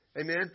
Amen